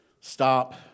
stop